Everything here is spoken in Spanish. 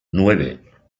nueve